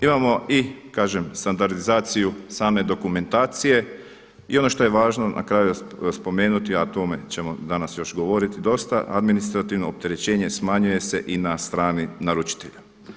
Imamo i standardizaciju same dokumentacije i ono što je važno na kraju spomenuti, a o tome ćemo još danas govoriti dosta, administrativno opterećenje smanjuje se i na strani naručitelja.